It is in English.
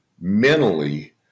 mentally